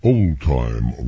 Old-time